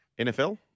NFL